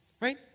right